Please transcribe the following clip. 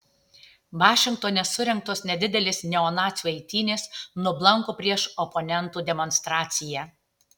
vašingtone surengtos nedidelės neonacių eitynės nublanko prieš oponentų demonstraciją